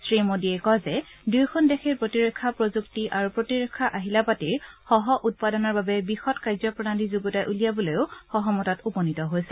শ্ৰী মোডীয়ে কয় যে দুয়োখন দেশে প্ৰতিৰক্ষা প্ৰযুক্তি আৰু প্ৰতিৰক্ষা আহিলাপাতিৰ সহ উৎপাদনৰ বাবে বিশদ কাৰ্যপ্ৰণালী যুগুতাই উলিয়াবলৈও সহমতত উপনীত হৈছে